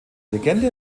legende